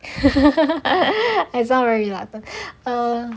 I sound very reluctant